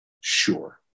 Sure